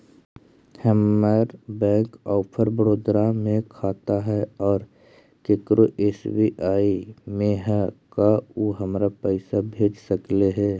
हमर bank of Baroda में खाता है और केकरो एस.बी.आई में है का उ हमरा पर पैसा भेज सकले हे?